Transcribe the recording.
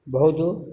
ବହୁତ